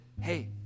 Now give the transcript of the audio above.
hey